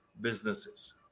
businesses